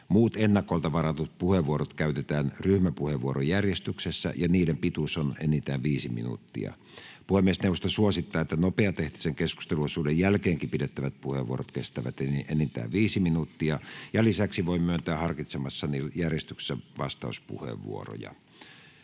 Muut ennakolta varatut puheenvuorot käytetään ryhmäpuheenvuorojärjestyksessä, ja niiden pituus on enintään 5 minuuttia. Puhemiesneuvosto suosittaa, että nopeatahtisen keskusteluosuuden jälkeenkin pidettävät puheenvuorot kestävät enintään 5 minuuttia. Lisäksi voin myöntää harkitsemassani järjestyksessä vastauspuheenvuoroja.